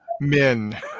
men